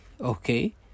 okay